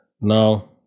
now